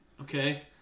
Okay